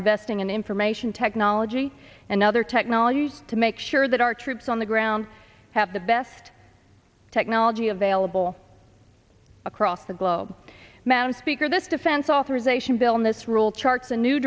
investing in information technology and other technology to make sure that our troops on the ground have the best technology available across the globe mount speaker this defense authorization bill in this role charts a new